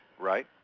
Right